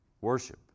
worship